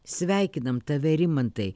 sveikinam tave rimantai